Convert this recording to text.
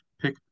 pick